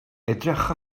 edrych